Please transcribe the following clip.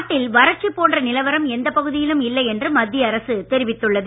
நாட்டில் வறட்சி போன்ற நிலவரம் எந்தப் பகுதியிலும் இல்லை என்று மத்திய அரசு தெரிவித்துள்ளது